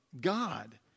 God